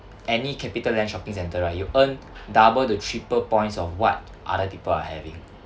any CapitaLand shopping centre right you earn double the triple points of what other people are having